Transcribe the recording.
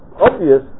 obvious